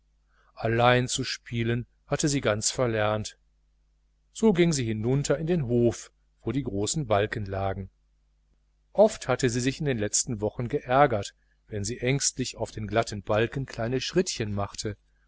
allein zu spielen hatte sie ganz verlernt so ging sie hinunter in den hof wo die großen balken lagen oft hatte sie sich in den letzten wochen geärgert wenn sie ängstlich auf den glatten balken kleine schrittchen machte